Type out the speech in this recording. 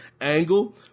angle